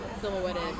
silhouetted